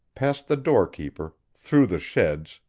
past the door-keeper, through the sheds,